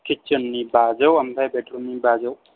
किटसेननि बाजौ ओमफ्राय बेटरुमनि बाजौ